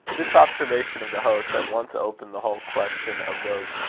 this observation of the host at once opened the whole question of those